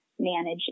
manage